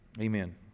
Amen